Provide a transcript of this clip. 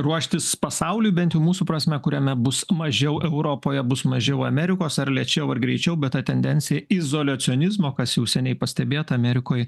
ruoštis pasauliui bent jau mūsų prasme kuriame bus mažiau europoje bus mažiau amerikos ar lėčiau ar greičiau bet ta tendencija izoliacionizmo kas jau seniai pastebėta amerikoj